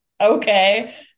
Okay